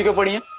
what do yeah